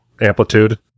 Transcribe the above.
amplitude